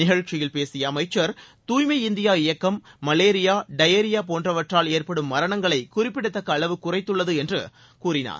நிகழ்ச்சியில் பேசிய அமைச்சர் தூய்மை இந்தியா இயக்கம் மலேரியா டயோரியா போன்றவற்றால் ஏற்படும் மரணங்களை குழிப்பிடத்தக்க அளவு குறைத்துள்ளது என்று சுகாதாரத்துறை அமைச்சர் தெரிவித்தார்